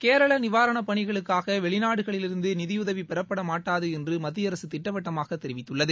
கேரள நிவாரண பணிகளுக்காக வெளிநாடுகளிலிருந்து நிதியுதவி பெறப்படாது என்று மத்திய அரசு திட்டவட்டமாக தெரிவித்துள்ளது